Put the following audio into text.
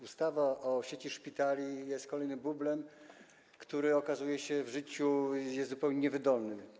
Ustawa o sieci szpitali jest kolejnym bublem, który okazuje się w życiu zupełnie niewydolny.